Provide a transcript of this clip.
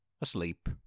asleep